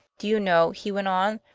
do you know, he went on,